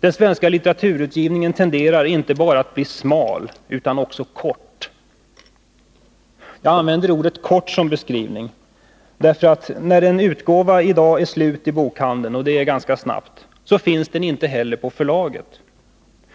Den svenska litteraturutgivningen tenderar inte bara att bli relativt smal — utan också kort. Jag använder ordet kort som beskrivning, därför att när en liten utgåva i dag är slut i bokhandeln — och det är den ganska snabbt — finns den inte heller på förlaget,